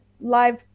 live